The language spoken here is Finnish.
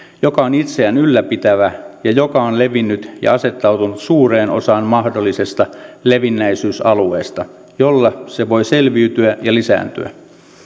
joka on itseään ylläpitävä ja joka on levinnyt ja asettautunut suureen osaan mahdollisesta levinneisyysalueesta jolla se voi selviytyä ja lisääntyä